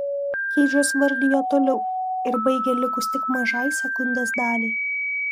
keidžas vardijo toliau ir baigė likus tik mažai sekundės daliai